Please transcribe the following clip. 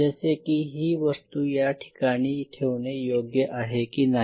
जसे की ही वस्तू याठिकाणी ठेवणे योग्य आहे की नाही